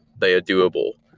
they are doable,